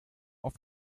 auf